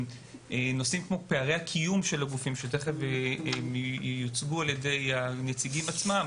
נושאים כמו פערי הקיום שיוצגו על ידי הנציגים עצמם,